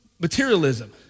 materialism